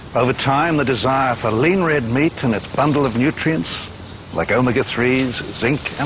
by the time the desire for lean red meat and its bundle of nutrients like omega three s, zinc and